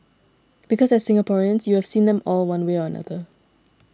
because as Singaporeans you have seen them all one way or another